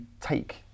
take